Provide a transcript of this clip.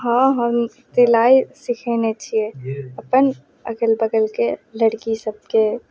हँ हम सिलाइ सिखेने छियै अपन अगल बगलके लड़की सबके